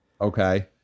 Okay